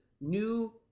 new